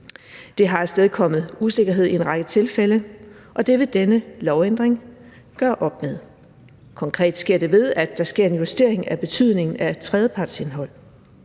Det har afstedkommet usikkerhed i en række tilfælde, og det vil denne lovændring gøre op med. Konkret sker det ved, at der sker en justering af betydningen af tredjepartsindhold.